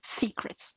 secrets